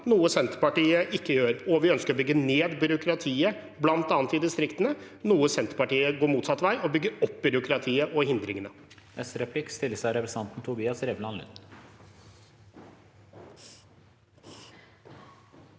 noe Senterpartiet ikke gjør. Vi ønsker også å bygge ned byråkratiet, bl.a. i distriktene, der Senterpartiet går motsatt vei og bygger opp byråkratiet og hindringene.